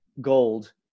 gold